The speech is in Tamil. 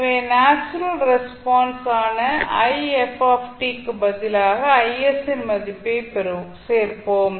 எனவே நேச்சுரல் ரெஸ்பான்ஸ் ஆன if க்கு பதிலாக Is இன் மதிப்பைச் சேர்ப்போம்